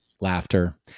laughter